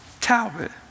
Talbot